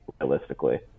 realistically